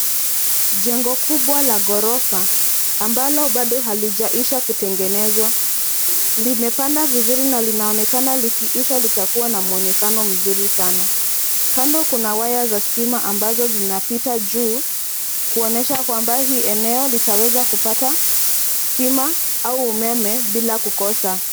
Jengo kubwa la ghorofa ambalo bado halijaisha kutengenezwa limepanda vizuri na linaonekana likiisha litakuwa na mwonekano mzuri sana. Kando kuna waya za stima ambazo zinapita juu kuonyesha kwamba hii eneo litaweza kupata stima au umeme bila kukosa.